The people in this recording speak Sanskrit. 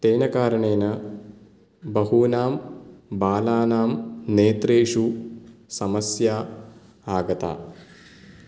तेन कारणेन बहुनां बालानां नेत्रेषु समस्या आगता